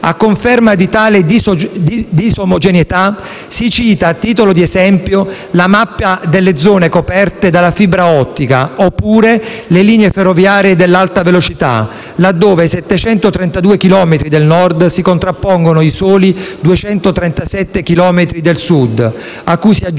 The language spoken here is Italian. A conferma di tale disomogeneità, si cita, a titolo di esempio, la mappa delle zone coperte dalla fibra ottica oppure le linee ferroviarie ad alta velocità, laddove ai 732 chilometri del Nord si contrappongono i soli 237 chilometri del Sud, a cui si aggiunge